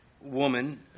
woman